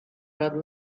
but